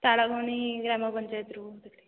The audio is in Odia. ତାଳବଣି ଗ୍ରାମପଞ୍ଚାୟତରୁ କହୁଥିଲି